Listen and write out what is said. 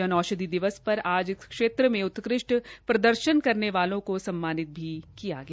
जन औषधि दिवस पर आज इस क्षेत्र में उत्कृष्ट प्रदर्शन करने वालों को सम्मानित भी किया गया